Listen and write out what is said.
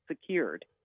secured